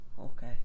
okay